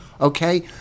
okay